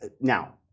now